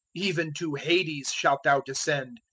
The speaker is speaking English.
even to hades shalt thou descend.